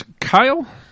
Kyle